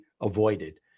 avoided